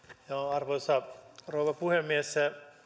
arvoisa rouva puhemies